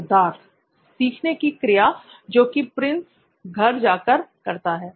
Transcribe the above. सिद्धार्थ सीखने की क्रिया जो कि प्रिंस घर जाकर करता है